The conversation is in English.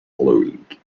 following